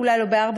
אולי לא ב-04:30,